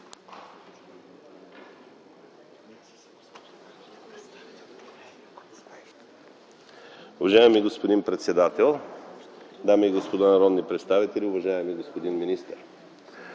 Уважаеми господин председател, уважаеми дами и господа народни представители, уважаеми господин